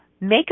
make